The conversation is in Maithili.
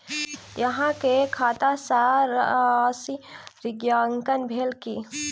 अहाँ के खाता सॅ राशि ऋणांकन भेल की?